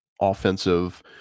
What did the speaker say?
offensive